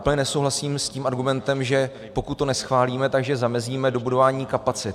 Úplně nesouhlasím s argumentem, že pokud to neschválíme, tak zamezíme dobudování kapacit.